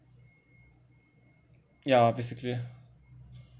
ya basically